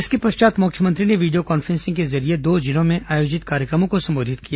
इसके पश्चात मुख्यमंत्री ने वीडियो कॉन्फ्रेंसिंग के जरिये दो जिलों में आयोजित कार्यक्रमों को संबोधित किया